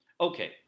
Okay